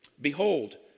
Behold